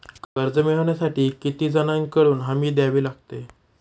कर्ज मिळवण्यासाठी किती जणांकडून हमी द्यावी लागते?